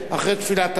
אחרי תפילת ערבית,